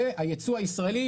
והיצוא הישראלי,